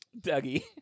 dougie